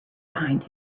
behind